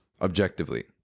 Objectively